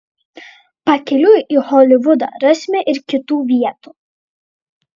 pakeliui į holivudą rasime ir kitų vietų